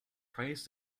prays